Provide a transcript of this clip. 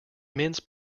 mince